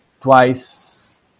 twice